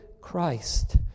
Christ